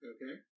Okay